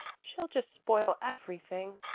she'll just spoil everything,